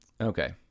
Okay